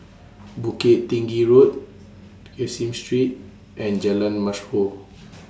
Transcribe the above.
Bukit Tinggi Road Caseen Street and Jalan Mashhor